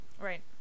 Right